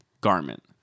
garment